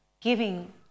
giving